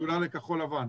בשדולה ל'כחול לבן',